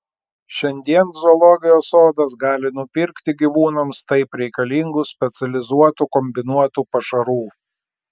šiandien zoologijos sodas gali nupirkti gyvūnams taip reikalingų specializuotų kombinuotų pašarų